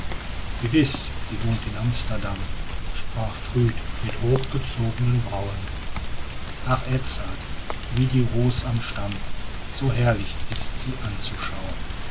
gewiß sie wohnt in amsterdam sprach früd mit hochgezognen brauen ach edzard wie die ros am stamm so herrlich ist sie anzuschauen